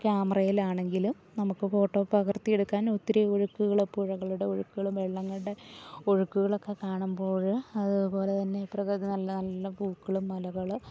ക്യാമറയിലാണെങ്കിലും നമുക്ക് ഫോട്ടോ പകർത്തിയെടുക്കാനൊത്തിരി ഒഴുക്കുകൾ പുഴകളുടെ ഒഴുക്കുകളും വെള്ളങ്ങളുടെ ഒഴുക്കുകളൊക്കെ കാണുമ്പോൾ അതു പോലെ തന്നെ പ്രകൃതി നല്ല നല്ല പൂക്കളും മലകൾ